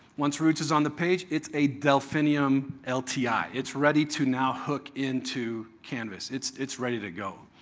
once roots is on the page it's a delphinium lti. ah it's ready to now hook into canvas. it's it's ready to go.